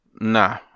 nah